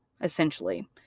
essentially